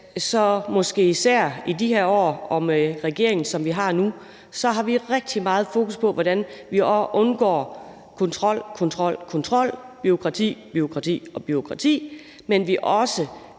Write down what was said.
og måske især i de her år og med den regering, som vi har nu, så har vi rigtig meget fokus på, hvordan vi undgår kontrol, kontrol og atter kontrol og bureaukrati, bureaukrati og atter bureaukrati, og at vi også